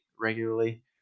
regularly